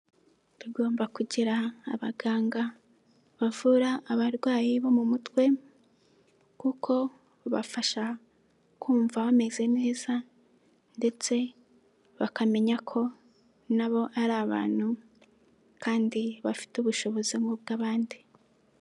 Tugomba kugira abaganga bavura abarwayi bo mu mutwe kuko babafasha kumva bameze neza ndetse bakamenya ko nabo ari abantu kandi bafite ubushobozi nk'ubw'abandi.